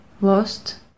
lost